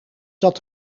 dat